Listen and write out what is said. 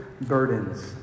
burdens